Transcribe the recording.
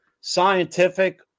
scientific